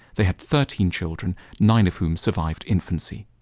they had thirteen children, nine of whom survived infancy.